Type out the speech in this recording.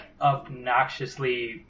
obnoxiously